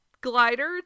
glider